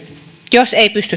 jos ei pysty